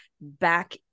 back